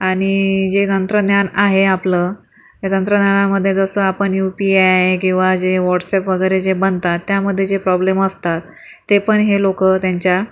आणि जे तंत्रज्ञान आहे आपलं त्या तंत्रज्ञानामध्ये जसं आपण यु पी आय किंवा जे व्हॉटसॲप वगैरे जे बनतात त्यामध्ये जे प्रॉब्लेम असतात ते पण हे लोक त्यांच्या